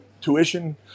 tuition